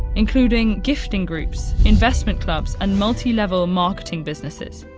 including gifting groups, investment clubs, and multi-level marketing businesses.